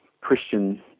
Christian